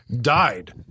died